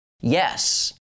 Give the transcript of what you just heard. Yes